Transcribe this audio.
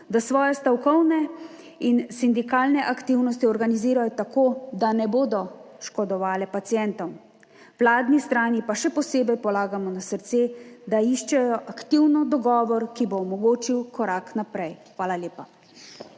da svoje stavkovne in sindikalne aktivnosti organizirajo tako, da ne bodo škodovale pacientom. Vladni strani pa še posebej polagamo na srce, da iščejo aktivno dogovor, ki bo omogočil korak naprej. Hvala lepa.